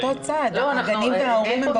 אנחנו באותו צד, הגנים וההורים.